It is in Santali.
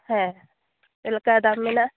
ᱦᱮᱸ ᱪᱮᱫ ᱞᱮᱠᱟ ᱫᱟᱢ ᱢᱮᱱᱟᱜᱼᱟ